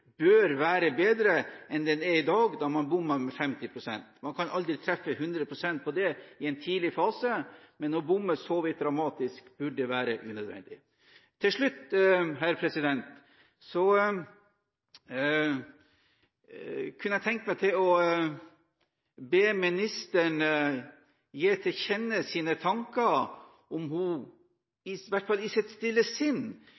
bør være bedre enn den er i dag, da man bommet med 50 pst. Man kan aldri treffe 100 pst. på det i en tidlig fase, men å bomme så vidt dramatisk burde være unødvendig. Til slutt kunne jeg tenke meg å be ministeren gi til kjenne sine tanker om hun